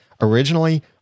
originally